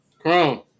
Chrome